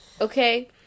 okay